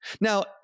Now